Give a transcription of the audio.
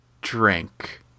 drink